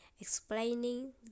Explaining